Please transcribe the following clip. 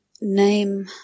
name